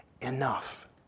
enough